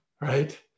right